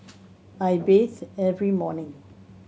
I bathe every morning